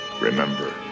Remember